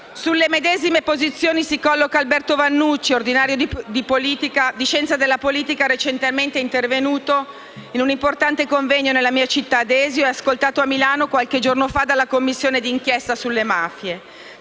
Sulle medesime posizioni si colloca Alberto Vannucci, ordinario di scienza della politica, recentemente intervenuto in un importante convegno nella mia città (Desio) e ascoltato a Milano qualche giorno fa dalla Commissione d'inchiesta antimafia.